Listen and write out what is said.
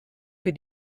für